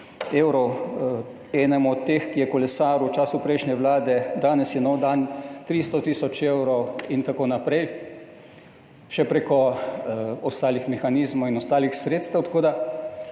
evrov, enemu od teh, ki je kolesaril v času prejšnje vlade, Danes je nov dan, 300 tisoč evrov in tako naprej, še prek ostalih mehanizmov in ostalih sredstev. To je